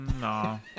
No